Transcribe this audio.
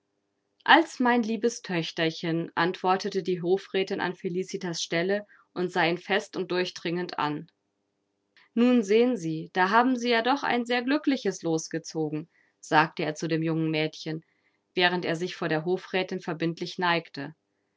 als mein liebes töchterchen antwortete die hofrätin an felicitas stelle und sah ihn fest und durchdringend an nun sehen sie da haben sie ja doch ein sehr glückliches los gezogen sagte er zu dem jungen mädchen während er sich vor der hofrätin verbindlich neigte